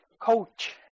coach